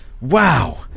wow